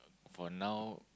for now